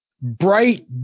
bright